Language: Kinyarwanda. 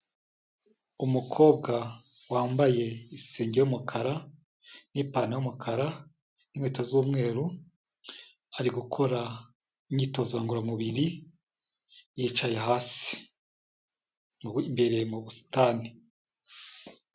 Umukobwa wambaye isengeri y'umukara n'ipantaro y'umukara n'inkweto z'umweru, ari gukora imyitozo ngoramubiri yicaye hasi imbere mu busitani.